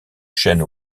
chêne